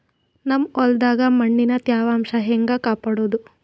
ನಮ್ ಹೊಲದಾಗ ಮಣ್ಣಿನ ತ್ಯಾವಾಂಶ ಹೆಂಗ ಕಾಪಾಡೋದು?